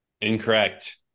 incorrect